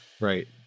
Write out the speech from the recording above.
right